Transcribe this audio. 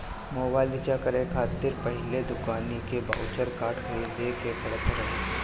mobile recharge करे खातिर पहिले दुकानी के बाउचर कार्ड खरीदे के पड़त रहे